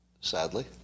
sadly